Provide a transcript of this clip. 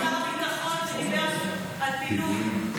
שר ביטחון דיבר על פינוי.